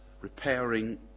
repairing